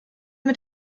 mit